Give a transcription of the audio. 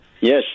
Yes